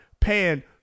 Paying